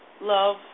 Love